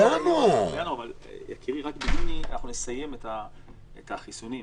יקיר, רק ביוני נסיים את החיסונים.